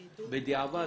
בדיעבד,